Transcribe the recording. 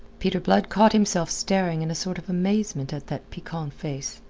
peter blood caught himself staring in a sort of amazement at that piquant face,